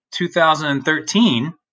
2013